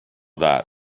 that